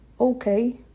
Okay